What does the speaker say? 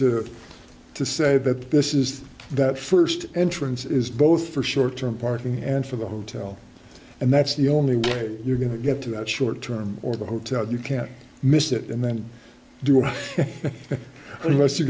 to to say that this is that first entrance is both for short term parking and for the hotel and that's the only way you're going to get to a short term or the hotel you can't miss it and then do